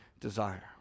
desire